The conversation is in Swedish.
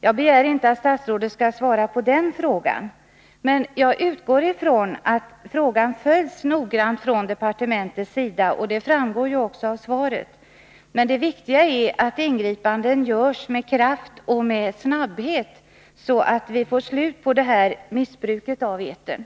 Jag begär inte att statsrådet skall svara på den frågan, men jag utgår ifrån att problemet noggrant följs från departementets sida. Att så är fallet framgår ju också av svaret. Det viktiga är att ingripanden görs med kraft och snabbhet, så att vi får ett slut på detta missbruk av etern.